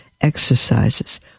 exercises